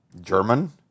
German